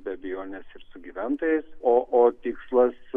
be abejonės ir su gyventojais o o tikslas